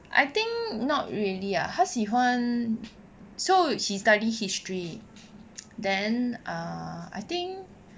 I think not really ah 他喜欢 so he study history then ah I think